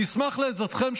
אני אשמח לעזרתכם,